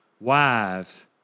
wives